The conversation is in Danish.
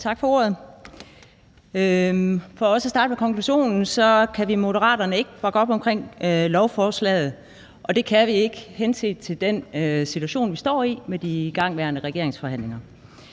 Tak for ordet. For at starte med konklusionen vil jeg sige, at vi i Moderaterne ikke kan bakke op omkring lovforslaget, og det kan vi ikke henset til den situation, vi står i med de igangværende regeringsforhandlinger.